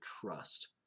trust